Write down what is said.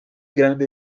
grande